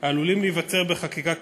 העלולים להיווצר בחקיקה כזאת.